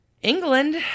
England